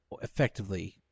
effectively